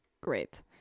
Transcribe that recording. great